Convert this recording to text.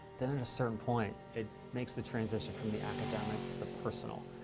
then at a certain point it makes the transition from the academic to the personal,